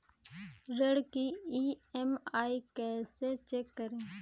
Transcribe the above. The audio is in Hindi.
ऋण की ई.एम.आई कैसे चेक करें?